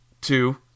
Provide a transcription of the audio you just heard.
two